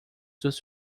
dos